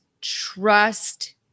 trust